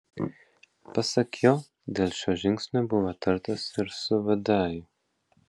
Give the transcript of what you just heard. pasak jo dėl šio žingsnio buvo tartasi ir su vdai